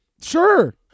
Sure